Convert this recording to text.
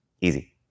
Easy